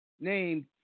named